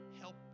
help